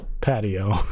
patio